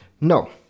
no